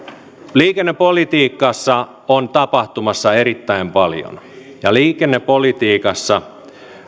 liikennepolitiikassa on tapahtumassa erittäin paljon ja liikennepolitiikassa